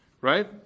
Right